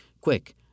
quick